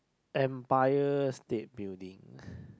Umpire State building